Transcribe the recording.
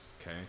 okay